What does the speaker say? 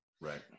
Right